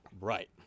Right